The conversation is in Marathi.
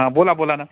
हां बोला बोला ना